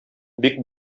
бик